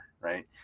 right